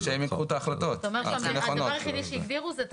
אתה אומר שהדבר היחיד שהגדירו זה את